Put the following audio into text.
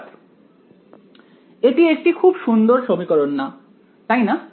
ছাত্র এটি একটি খুব সুন্দর সমীকরণ না তাই না